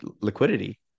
liquidity